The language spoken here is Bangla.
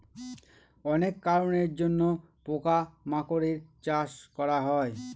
অনেক কারনের জন্য পোকা মাকড়ের চাষ করা হয়